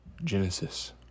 Genesis